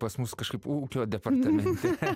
pas mus kažkaip ūkio departamente